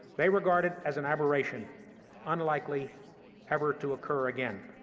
they regard it as an aberration unlikely ever to occur again.